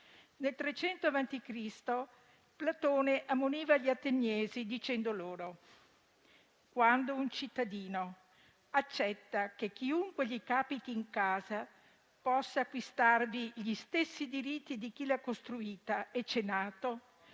Cristo, Platone ammoniva gli ateniesi dicendo loro: «quando il cittadino accetta che chiunque gli capiti in casa possa acquistarvi gli stessi diritti di chi l'ha costruita e ci è nato,